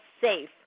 safe